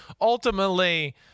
ultimately